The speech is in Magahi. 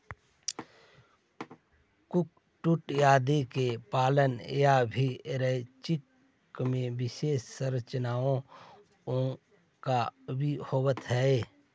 कुक्कुट आदि के पालन ला भी रैंचिंग में विशेष संरचनाएं होवअ हई